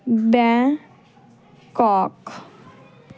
ਬੈ ਕੋਕ